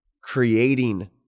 creating